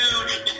huge